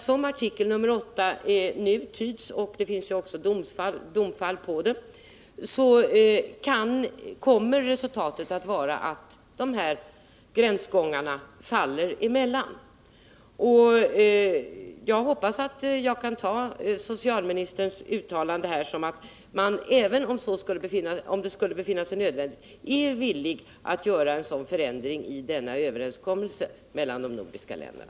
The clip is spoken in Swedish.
Som den nu tyds — det finns också domfall på det — kommer resultatet nämligen att bli att de här gränsgångarna faller emellan. Jag hoppas att jag kan tolka socialministerns uttalande så, att man, om så skulle befinnas nödvändigt, är villig att göra en sådan förändring i denna överenskommelse mellan de nordiska länderna.